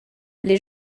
les